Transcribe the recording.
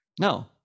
no